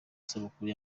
isabukuru